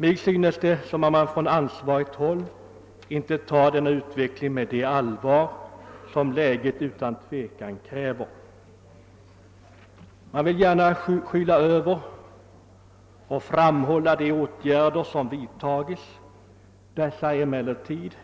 Mig synes det som om man på ansvarigt håll inte tar denna utveckling med det allvar som läget utan tvivel kräver. Man vill gärna skyla över och framhäva de åtgärder som vidtagits. Dessa är emellertid